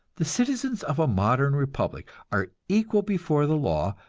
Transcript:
the citizens of a modern republic are equal before the law,